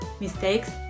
mistakes